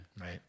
Right